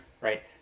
Right